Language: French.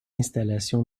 installation